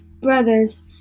brothers